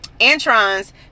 Antron's